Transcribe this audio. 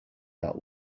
that